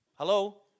Hello